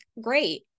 great